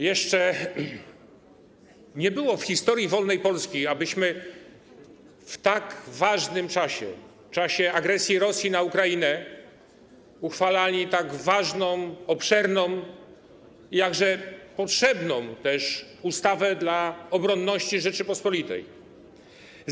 Jeszcze nie było w historii wolnej Polski, abyśmy w tak ważnym czasie, czasie agresji Rosji na Ukrainę, uchwalali tak ważną, obszerną i jakże potrzebną dla obronności Rzeczypospolitej ustawę.